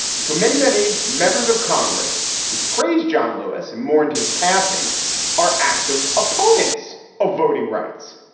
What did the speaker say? and so many, many members of congress who praised john lewis and mourned his passing are active opponents of voting rights.